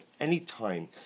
anytime